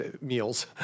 meals